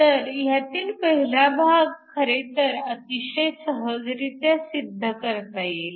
तर ह्यातील पहिला भाग खरेतर अतिशय सहजरित्या सिद्ध करता येईल